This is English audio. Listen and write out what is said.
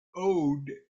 owed